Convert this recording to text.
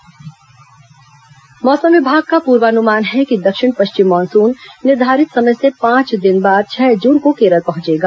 monsoon मौसम विभाग का पूर्वानुमान है कि दक्षिण पश्चिम मानसून निर्धारित समय से पांच दिन बाद छह जून को केरल पहुंचेगा